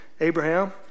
Abraham